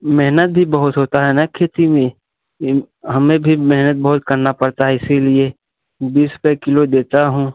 मेहनत भी बहुत होती है ना खेती में इम हमें भी मेहनत बहुत करना पड़ता है इसी लिए बीस रूपये किलो देता हूँ